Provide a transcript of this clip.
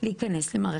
הנושא של עובדים,